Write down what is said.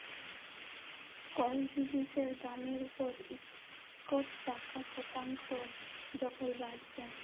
call জিলিসের দামের উপর ইকট টাকা শতাংস যখল বাদ যায়